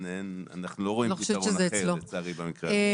אבל אנחנו לא רואים פתרון אחר לצערי במקרה הזה.